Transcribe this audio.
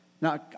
Now